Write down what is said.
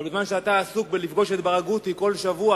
אבל בזמן שאתה עסוק בלפגוש את ברגותי כל שבוע